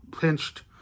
pinched